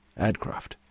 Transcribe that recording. Adcroft